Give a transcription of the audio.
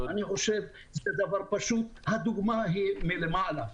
אני חושב שזה דבר פשוט והדוגמה צריכה לבוא מלמעלה.